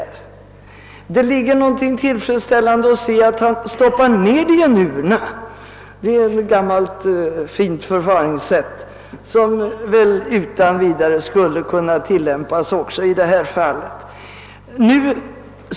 Det ligger någonting tillfredsställande i att se att ett valkuvert stoppas ned i en urna. Det är ett gammalt fint förfaringssätt som väl utan vidare skulle kunna tilllämpas också vid poströstning.